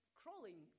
crawling